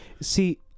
See